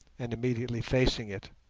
and immediately facing it.